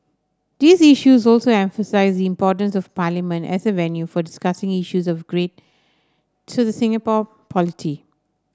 these issues also emphasise the importance of Parliament as a venue for discussing issues of great to the Singapore polity